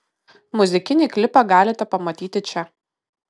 muzikinį klipą galite pamatyti čia